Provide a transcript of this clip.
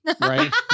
right